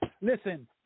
Listen